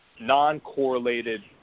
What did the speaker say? non-correlated